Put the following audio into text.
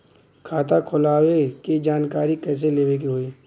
खाता खोलवावे के जानकारी कैसे लेवे के होई?